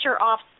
off